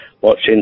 watching